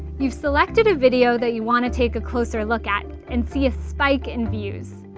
you've selected a video that you wanna take a closer look at and see a spike in views.